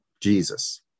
Jesus